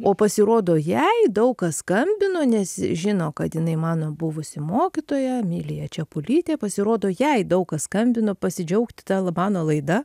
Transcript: o pasirodo jai daug kas skambino nes žino kad jinai mano buvusi mokytoja emilija čepulytė pasirodo jai daug kas skambino pasidžiaugt ta la mano laida